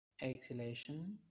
Exhalation